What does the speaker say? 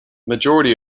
majority